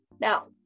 now